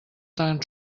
tan